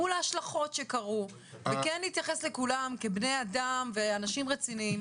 מול ההשלכות שקרו וכן להתייחס לכולם כאל בני אדם ואנשים רציניים